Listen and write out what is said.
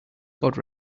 god